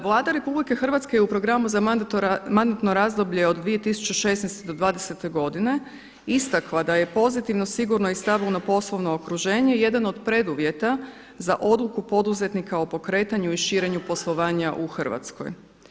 Vlada RH je u programu za mandatno razdoblje od 2016. do dvadesete godine istakla da je pozitivno sigurno i stabilno poslovno okruženje jedan od preduvjeta za odluku poduzetnika o pokretanju i širenju poslovanja u Hrvatskoj.